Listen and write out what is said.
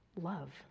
love